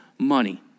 Money